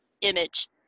image